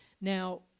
Now